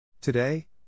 Today